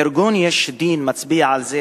ארגון "יש דין" מצביע על זה